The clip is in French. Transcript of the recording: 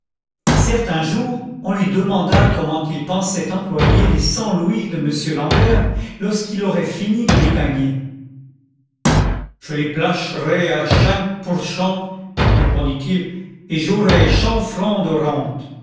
certain jour on lui demanda comment il pensait employer les cent louis de m l'ambert lorsqu'il aurait fini de les gagner je les placherai à chinq pour chent répondit-il et j'aurai chent francs de rente